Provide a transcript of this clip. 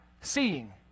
seeing